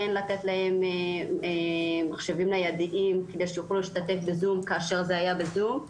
כן לתת להם מחשבים ניידים כדי שיוכלו להשתתף בזום כאשר זה היה בזום.